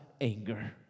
anger